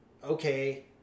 Okay